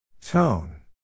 Tone